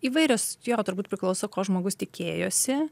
įvairios jo turbūt priklauso ko žmogus tikėjosi